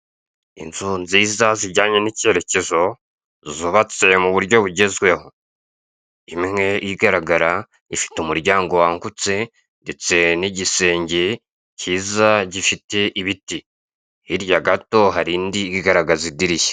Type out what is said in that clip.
Inzu nziza zijyanye n'icyerekezo zubatse mu buryo bugezweho, imwe igaragara ifite umuryango wagutse ndetse n'igisenge cyiza gifite ibiti. Hirya gato har'indi igaragaza idirishya